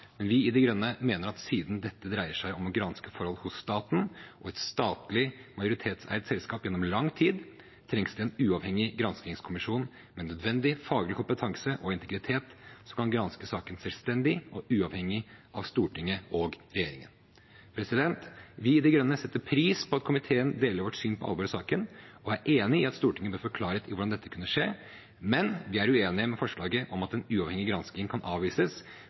men vi i De Grønne mener at siden dette dreier seg om å granske forhold hos staten og et statlig majoritetseid selskap gjennom lang tid, trengs det en uavhengig granskingskommisjon med nødvendig faglig kompetanse og integritet som kan granske saken selvstendig og uavhengig av Stortinget og regjeringen. Vi i De Grønne setter pris på at komiteen deler vårt syn på alvoret i saken og er enig i at Stortinget bør få klarhet i hvordan dette kunne skje, men vi er uenig i forslaget om at en uavhengig gransking kan avvises